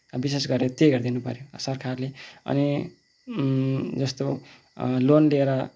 विशेष गरेर त्यही हेरिदिनुपऱ्यो सरकारले अनि जस्तो लोन दिएर